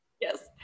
yes